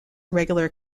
irregular